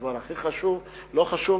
הדבר לא חשוב מבחינתם.